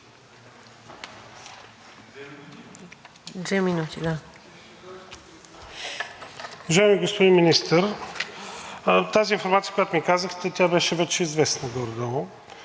Уважаеми господин Министър! Тази информация, която ми казахте, тя беше вече известна горе-долу.